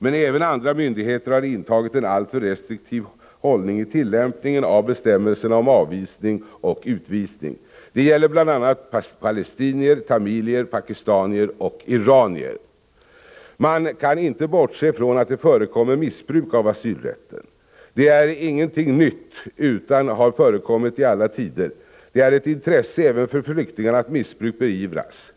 Men även andra myndigheter har intagit en alltför restriktiv hållning i tillämpningen av bestämmelserna om avvisning och utvisning. Det gäller bl.a. palestinier, tamiler, pakistanare och iranier. Man kan inte bortse ifrån att det förekommer missbruk av asylrätten. Det är ingenting nytt, utan har förekommit i alla tider. Det är ett intresse även för flyktingarna att missbruk beivras.